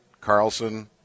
Carlson